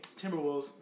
Timberwolves